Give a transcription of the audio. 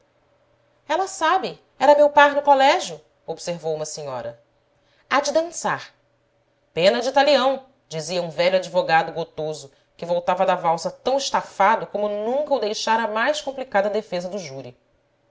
ela sabe era meu par no colégio observou uma se nhora há de dançar pena de talião dizia um velho advogado gotoso que voltava da valsa tão estafado como nunca o deixara a mais complicada defesa do júri